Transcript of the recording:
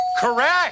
Correct